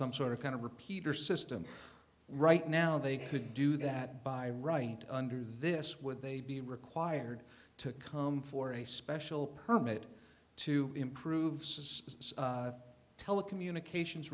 some sort of kind of repeater system right now they could do that by right under this would they be required to come for a special permit to improve suspicious telecommunications